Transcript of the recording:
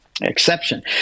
Exception